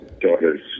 daughter's